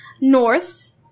north